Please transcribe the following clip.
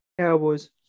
Cowboys